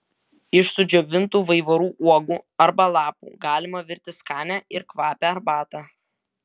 iš sudžiovintų vaivorų uogų arba lapų galima virti skanią ir kvapią arbatą